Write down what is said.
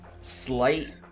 slight